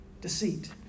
Deceit